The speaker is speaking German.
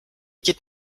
geht